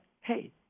hey